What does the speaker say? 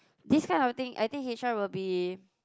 this kind of thing I think H_R will be